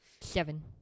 Seven